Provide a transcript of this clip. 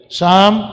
Psalm